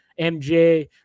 MJ